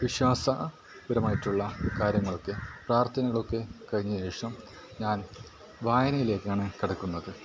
വിശ്വാസപരമായിട്ടുള്ള കാര്യങ്ങളൊക്കെ പ്രാർഥനകളൊക്കെ കഴിഞ്ഞതിന് ശേഷം ഞാൻ വായനിയിലേക്കാണ് കടക്കുന്നത്